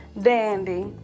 dandy